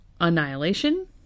Annihilation